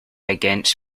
against